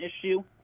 issue